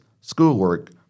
schoolwork